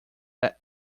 that